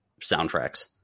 soundtracks